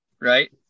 Right